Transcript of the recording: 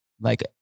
like-